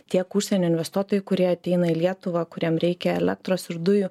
tiek užsienio investuotojai kurie ateina į lietuvą kuriem reikia elektros ir dujų